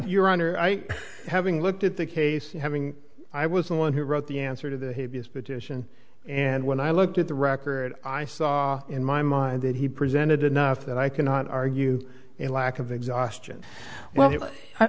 honor i having looked at the case having i was the one who wrote the answer to the habeas petition and when i looked at the record i saw in my mind that he presented enough that i cannot argue a lack of exhaustion well